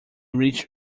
reach